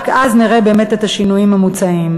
רק אז נראה באמת את השינויים המוצעים.